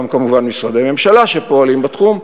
גם כמובן משרדי ממשלה שפועלים בתחום,